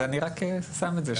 אני רק שם את זה.